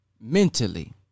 mentally